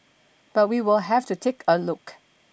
but we will have to take a look